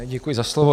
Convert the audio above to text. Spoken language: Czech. Děkuji za slovo.